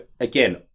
again